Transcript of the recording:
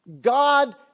God